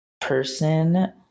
Person